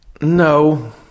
No